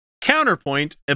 counterpoint